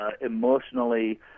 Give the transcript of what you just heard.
emotionally